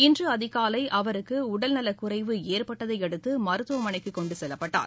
இன்று அதிகாலை அவருக்கு உடல்நலக் குறைவு ஏற்பட்டதை அடுத்து மருத்துவமனைக்கு கொண்டு செல்லப்பட்டார்